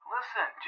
Listen